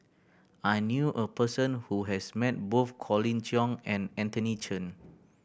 I knew a person who has met both Colin Cheong and Anthony Chen